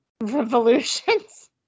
Revolutions